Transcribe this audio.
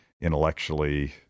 intellectually